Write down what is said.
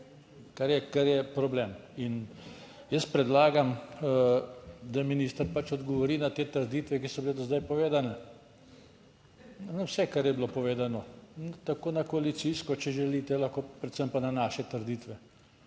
kar je problem. In jaz predlagam, da minister pač odgovori na te trditve, ki so bile do zdaj povedane. Na vse kar je bilo povedano, tako na koalicijsko, če želite lahko, predvsem pa na naše trditve,